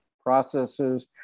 processes